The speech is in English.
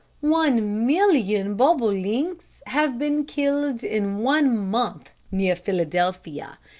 one million bobolinks have been killed in one month near philadelphia.